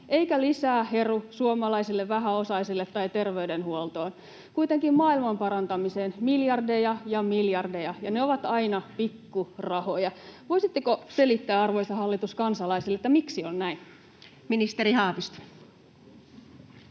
eikä lisää heru suomalaisille vähäosaisille tai terveydenhuoltoon. Kuitenkin maailmanparantamiseen miljardeja ja miljardeja, ja ne ovat aina pikkurahoja. Voisitteko selittää, arvoisa hallitus, kansalaisille, miksi on näin? Ministeri Haavisto.